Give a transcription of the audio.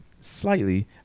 Slightly